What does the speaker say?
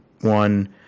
one